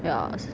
ya s~